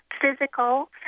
physical